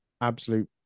absolute